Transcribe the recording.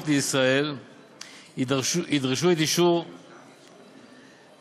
לישראל ידרשו את אישור ראש הממשלה,